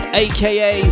aka